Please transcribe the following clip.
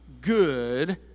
good